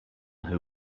who